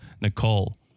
Nicole